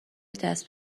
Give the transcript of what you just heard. دست